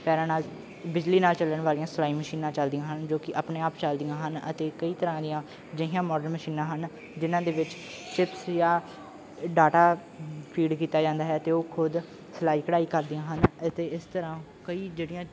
ਪੈਰਾਂ ਨਾਲ ਬਿਜਲੀ ਨਾਲ ਚੱਲਣ ਵਾਲੀਆਂ ਸਿਲਾਈ ਮਸ਼ੀਨਾਂ ਚੱਲਦੀਆਂ ਹਨ ਜੋ ਕਿ ਆਪਣੇ ਆਪ ਚੱਲਦੀਆਂ ਹਨ ਅਤੇ ਕਈ ਤਰ੍ਹਾਂ ਦੀਆਂ ਅਜਿਹੀਆਂ ਮੌਡਰਨ ਮਸ਼ੀਨਾਂ ਹਨ ਜਿਹਨਾਂ ਦੇ ਵਿੱਚ ਚਿੱਪਸ ਜਾਂ ਡਾਟਾ ਫੀਡ ਕੀਤਾ ਜਾਂਦਾ ਹੈ ਅਤੇ ਉਹ ਖੁਦ ਸਿਲਾਈ ਕਢਾਈ ਕਰਦੀਆਂ ਹਨ ਅਤੇ ਇਸ ਤਰ੍ਹਾਂ ਕਈ ਜਿਹੜੀਆਂ